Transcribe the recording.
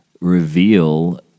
reveal